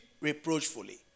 reproachfully